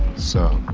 so.